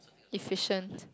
efficient